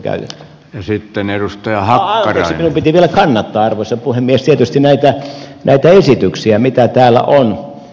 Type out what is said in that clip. anteeksi minun piti vielä kannattaa arvoisa puhemies tietysti näitä esityksiä mitä täällä on